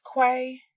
Quay